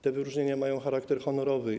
Te wyróżnienia mają charakter honorowy.